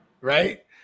right